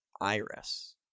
iris